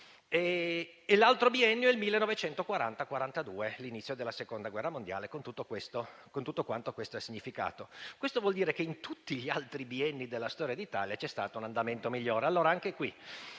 del Covid) e il 1940-1942, cioè l'inizio della Seconda guerra mondiale, con tutto quello che ha significato. Questo vuol dire che in tutti gli altri bienni della storia d'Italia c'è stato un andamento migliore. Anche in